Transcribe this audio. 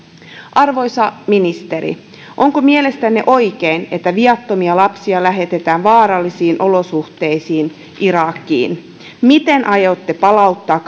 arvoisa ministeri onko mielestänne oikein että viattomia lapsia lähetetään vaarallisiin olosuhteisiin irakiin miten aiotte palauttaa